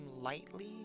lightly